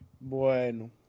Bueno